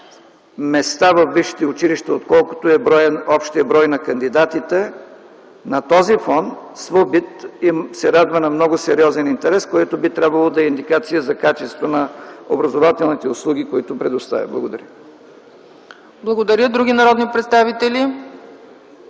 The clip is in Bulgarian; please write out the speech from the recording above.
места в повече, отколкото е общият брой на кандидатите, на този фон СВУБИТ се радва на много сериозен интерес, което би трябвало да е индикация за качество на образователните услуги, които предоставя. Благодаря. ПРЕДСЕДАТЕЛ ЦЕЦКА ЦАЧЕВА: Благодаря. Други народни представители?